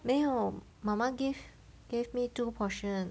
没有 mama gave gave me two portion